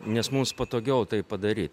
nes mums patogiau tai padaryt